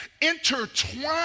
intertwined